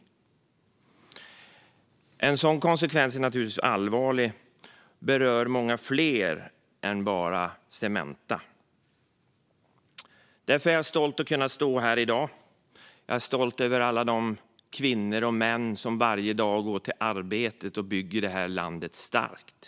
Detta får naturligtvis allvarliga konsekvenser och berör många fler än bara Cementa. Därför är jag stolt över att kunna stå här i dag. Jag är stolt över alla de kvinnor och män som varje dag går till arbetet och bygger det här landet starkt.